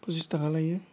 फसिच थाखा लायो